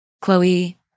Chloe